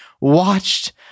watched